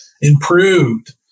improved